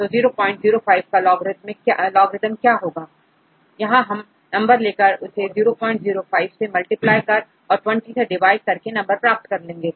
तो 005 का लोगरिथमिक क्या होगा यहां हम नंबर लेकर उसे 005 से मल्टीप्लाई कर और 20 से डिवाइड कर नंबर प्राप्त करेंगे